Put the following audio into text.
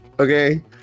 Okay